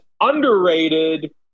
underrated